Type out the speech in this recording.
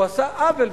הוא עשה עוול,